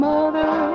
Mother